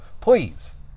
please